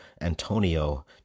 Antonio